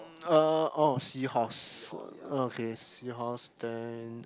uh orh seahorse okay seahorse then